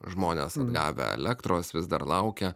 žmonės atgavę elektros vis dar laukia